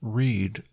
read